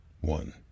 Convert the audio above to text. one